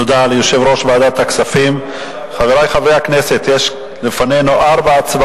אדוני היושב-ראש, חברי הכנסת והשרים,